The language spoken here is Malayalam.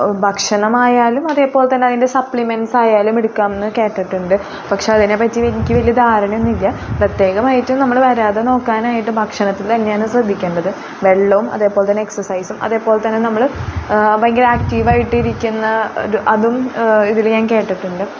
ഭക്ഷണമായാലും അതേപോലെ തന്നെ അതിൻ്റെ സപ്പ്ളിമെന്റ്സ് ആയാലും എടുക്കാമെന്ന് കേട്ടിട്ടുണ്ട് പക്ഷേ അതിനെപ്പറ്റി എനിക്ക് വലിയ ധാരണയൊന്നുമില്ല പ്രത്യേകമായിട്ടും നമ്മൾ വരാതെ നോക്കാനായിട്ട് ഭക്ഷണത്തിൽ തന്നെയാണ് ശ്രദ്ധിക്കേണ്ടത് വെള്ളവും അതെപോലെ തന്നെ എക്സസൈസും അതേപോലെ തന്നെ നമ്മൾ ഭയങ്കര ആക്ടിവ് ആയിട്ട് ഇരിക്കുന്ന ഒരു അതും ഇതിൽ ഞാൻ കേട്ടിട്ടുണ്ട്